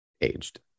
aged